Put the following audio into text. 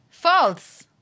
False